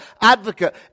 advocate